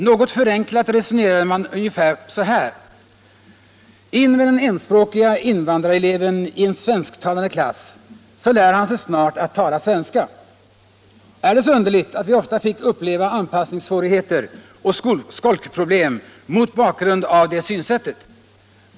Något förenklat resonerade man ungefär så här: In med den enspråkige invandrareleven i en svensktalande klass, så lär han sig snart att tala svenska! Är det så underligt att vi ofta fick uppleva anpassningssvårigheter och skolkproblem mot bakgrund av det synsättet?